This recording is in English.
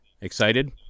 Excited